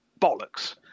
Bollocks